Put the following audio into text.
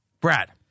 Brad